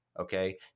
okay